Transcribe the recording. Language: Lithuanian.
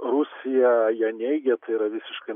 rusija ją neigia tai yra visiškai